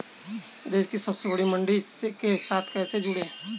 देश की सबसे बड़ी मंडी के साथ कैसे जुड़ें?